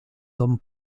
dom